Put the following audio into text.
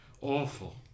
awful